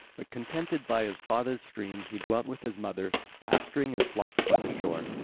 but contented by his father's stream he dwelt with his mother, pasturing his flocks by the shore.